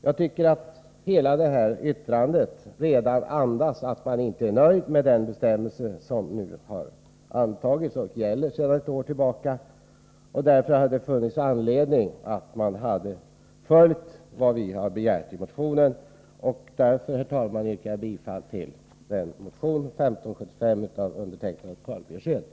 Jag tycker att hela detta yttrande andas att man inte är nöjd med den bestämmelse som antagits och som gäller sedan ett år tillbaka. Därför hade det funnits anledning att följa det vi har begärt i motionen. Herr talman! Jag yrkar bifall till motion 1575 av mig och Karl Björzén.